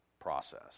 process